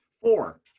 Four